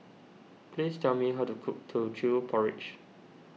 please tell me how to cook Teochew Porridge